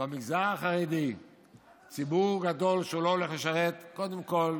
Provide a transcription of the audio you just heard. במגזר החרדי ציבור גדול שלא הולך לשרת, קודם כול,